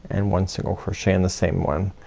and one single crochet in the same one.